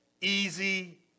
easy